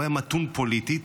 הוא היה מתון פוליטית,